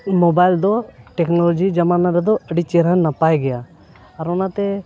mobile ᱫᱚ technology ᱡᱟᱢᱟᱱᱟ ᱨᱮᱫᱚ ᱟᱹᱰᱤ ᱪᱮᱦᱨᱟ ᱱᱟᱯᱟᱭ ᱜᱮᱭᱟ ᱟᱨ ᱚᱱᱟᱛᱮ